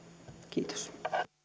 kiitos